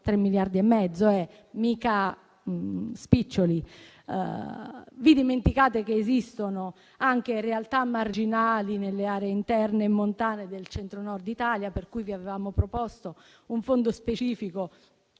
miliardi e mezzo, mica spiccioli. Dimenticate che esistono realtà marginali anche nelle aree interne e montane del Centro-Nord Italia, per cui vi avevamo proposto un fondo specifico